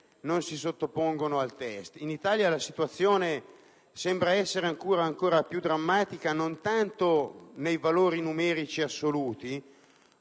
non si sottopongono al test e che in Italia la situazione sembra essere ancora più drammatica, non tanto nei valori numerici assoluti